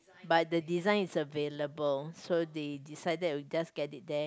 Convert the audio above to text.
but the design is available so they decided we just get it there